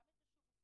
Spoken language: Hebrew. גם את השירותים,